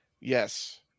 Yes